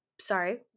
Sorry